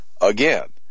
again